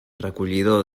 recollidor